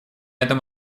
этом